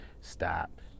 stop